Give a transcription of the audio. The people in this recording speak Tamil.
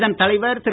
இதன் தலைவர் திரு